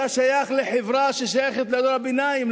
אתה שייך לחברה ששייכת למעמד הביניים,